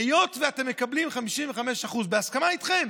היות שאתם מקבלים 55%, בהסכמה איתכם,